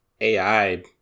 AI